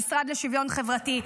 המשרד לשוויון חברתי,